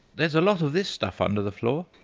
there's a lot of this stuff under the floor,